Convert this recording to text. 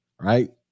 right